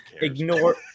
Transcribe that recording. ignore